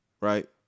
right